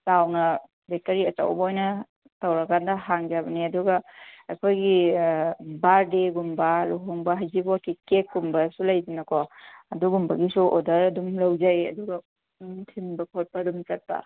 ꯆꯥꯎꯅ ꯕꯦꯛꯀꯔꯤ ꯑꯆꯧꯕ ꯑꯣꯏꯅ ꯇꯧꯔꯀꯥꯟꯗ ꯍꯥꯡꯖꯕꯅꯤ ꯑꯗꯨꯒ ꯑꯩꯈꯣꯏꯒꯤ ꯕꯥꯔꯠꯗꯦꯒꯨꯝꯕ ꯂꯨꯍꯣꯡꯕ ꯍꯩꯖꯤꯡꯄꯣꯠꯀꯤ ꯀꯦꯛꯀꯨꯝꯕꯁꯨ ꯂꯩꯗꯅꯀꯣ ꯑꯗꯨꯒꯨꯝꯕꯒꯤꯁꯨ ꯑꯣꯗꯔ ꯑꯗꯨꯝ ꯂꯧꯖꯩ ꯑꯗꯨꯒ ꯊꯤꯟꯕ ꯈꯣꯠꯄ ꯑꯗꯨꯝ ꯆꯠꯄ